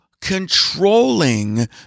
controlling